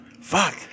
Fuck